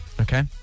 okay